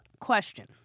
Question